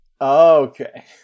Okay